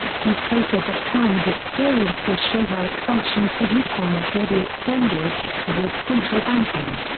he stated that time and experience will show how its functions for usefulness may be extended towards central banking.